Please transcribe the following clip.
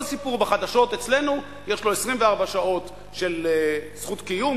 כל סיפור בחדשות אצלנו יש לו 24 שעות של זכות קיום,